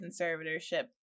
conservatorship